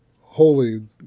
holy